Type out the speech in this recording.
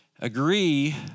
agree